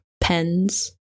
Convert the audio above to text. pens